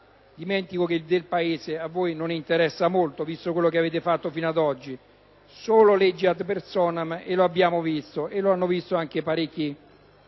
Dimentico che del Paese a voi non interessa molto, visto quello che avete fatto fino ad oggi: solo leggi ad personam, e lo abbiamo visto, l’hanno visto anche parecchi